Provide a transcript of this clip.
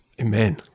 Amen